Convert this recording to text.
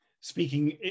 speaking